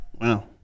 Wow